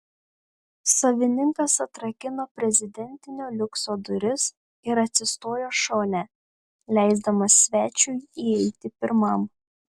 savininkas atrakino prezidentinio liukso duris ir atsistojo šone leisdamas svečiui įeiti pirmam